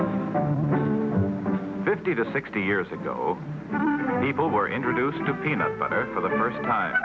right fifty to sixty years ago people were introduced to peanut butter for the first time